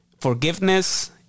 forgiveness